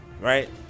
right